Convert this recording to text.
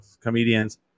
comedians